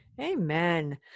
Amen